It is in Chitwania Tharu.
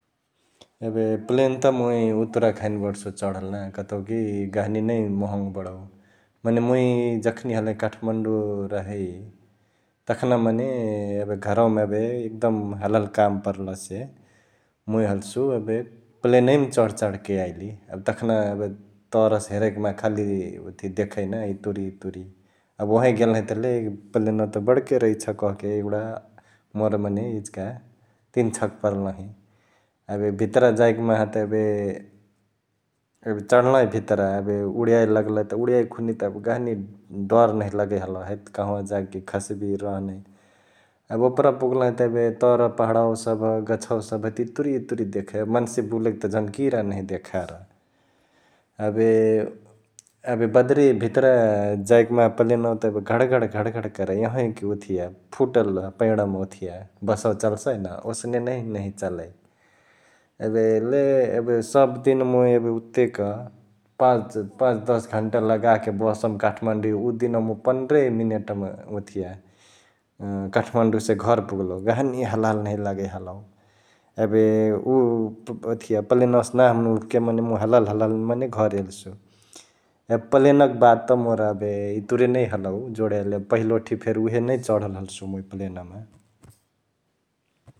एबे प्लेन त मुइ उतुराक हैने बडसु चढल ना कतौ कि घहनी नै मह्ङ बडउ मने मुइ जखनी हलही काठमाडौं रहई तखना मने यबे घरवमा एबे एकदम हलहाली काम परलेसे मुइ हलसु एबे प्लेनैमा चढ चाढ के याइली । एबे तखना एबे तर से हेरैक माहा खाली ओथिया देखै ना इतुरी इतुरी एबे ओहवै गेलही त ले प्लेनवा त बड्के रैछ कहके एगुडा मोर मने इचिका तीनछक परलही । एबे भित्रा जाइक माहा त एबे एबे चढलही भित्रा, एबे उडियाए लगलई त उडियाएक खुनि त गहनी डर नहिया लगै हलउ हैत कँहवा जाके खस्बी रह नही । एबे ओपरा पुग्लही त एबे तर पहडवा सभ गछवा सभ त इतुरी इतुरी देखै एबे मन्से बुलई त झन कीरा नहिया देखार । एबे ....एबे बदरिया भित्रा जाइक माहा प्लेनवा त एबे घढघढ घढघढ करै एहवैक ओथिया फुटल पाइडामा ओथिया बसवा चल्सईन ओसने नै नहिया चलई । एबे ले एबे सबदिन मुइ एबे ओतेक पाँच्...पाँच दस घण्टा लगाके बसमा काठमाडौं एवै उ दिनवा मुइ पन्द्रे मिनेट मा ओथिया काठमाडौं से घर पुग्लउ, गहनी हलहाली नहिया लगै हलौ । एबे उ प्लेनवासे नाभओभ मने मुइ हलहली हलहली मने घर एल्सु । एबे प्लेन क बात त मोर एबे इतुरे नै हलउ जोडइली एबे पहिलोठ्ही फेरी उहे नै चढल हल्सु मुइ प्लेनमा ।